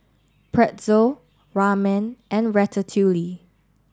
Pretzel Ramen and Ratatouille